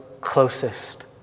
closest